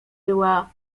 była